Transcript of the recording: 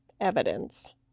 evidence